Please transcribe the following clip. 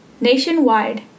nationwide